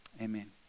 amen